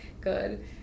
good